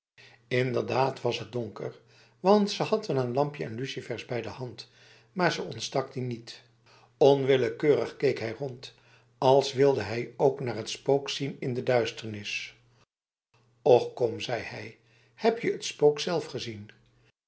inderdaad was het donker want ze had wel een lampje en lucifers bij de hand maar ze ontstak die niet onwillekeurig keek hij rond als wilde hij ook naar het spook zien in de duisternis och kom zei hij heb je het spook zelf gezien